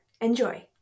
Enjoy